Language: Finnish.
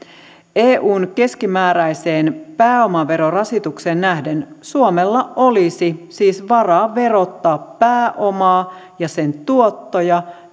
eun keskimääräiseen pääomaverorasitukseen nähden suomella olisi siis varaa verottaa pääomaa ja sen tuottoja